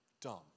Dumb